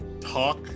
talk